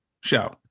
show